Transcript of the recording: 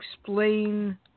explain